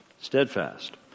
steadfast